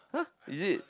!huh! is it